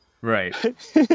right